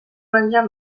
menjar